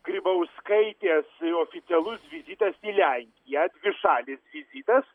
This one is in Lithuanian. grybauskaitės oficialus vizitas į lenkiją dvišalis vizitas